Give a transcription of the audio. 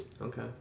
okay